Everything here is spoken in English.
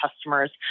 customers